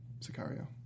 Sicario